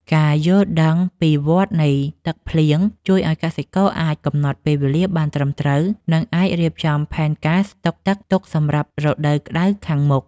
ការយល់ដឹងពីវដ្តនៃទឹកភ្លៀងជួយឱ្យកសិករអាចកំណត់ពេលវេលាបានត្រឹមត្រូវ និងអាចរៀបចំផែនការស្តុកទឹកទុកសម្រាប់រដូវក្តៅខាងមុខ។